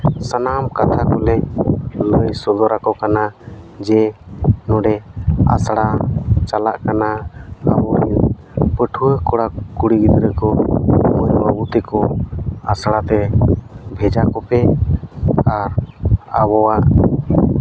ᱥᱟᱱᱟᱢ ᱠᱟᱛᱷᱟ ᱠᱚᱞᱮ ᱞᱟᱹᱭ ᱥᱚᱫᱚᱨ ᱠᱮᱫᱟ ᱡᱮ ᱱᱚᱰᱮ ᱟᱥᱲᱟ ᱪᱟᱞᱟᱜ ᱠᱟᱱᱟ ᱯᱟᱹᱴᱷᱩᱣᱟᱹ ᱠᱚᱲᱟᱼᱠᱩᱲᱤ ᱜᱤᱫᱽᱨᱟᱹ ᱢᱟᱹᱭᱼᱵᱟᱹᱵᱩ ᱛᱟᱠᱚ ᱟᱥᱲᱟ ᱛᱮ ᱵᱷᱮᱡᱟ ᱠᱚᱯᱮ ᱟᱨ ᱟᱵᱚᱣᱟᱜ